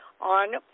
on